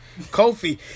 Kofi